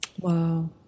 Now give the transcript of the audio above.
Wow